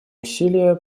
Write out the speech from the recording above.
усилия